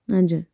हजुर